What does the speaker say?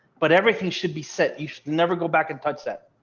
but everything should be set, you should never go back and touch that.